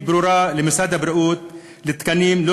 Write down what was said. ברורה למשרד הבריאות לתקנים בבתי-החולים,